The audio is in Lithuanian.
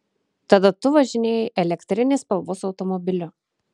tada tu važinėjai elektrinės spalvos automobiliu